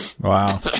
Wow